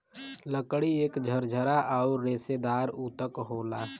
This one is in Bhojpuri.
लकड़ी एक झरझरा आउर रेसेदार ऊतक होला